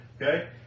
Okay